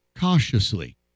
cautiously